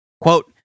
Quote